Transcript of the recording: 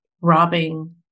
robbing